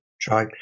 try